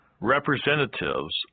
representatives